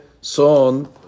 son